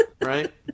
right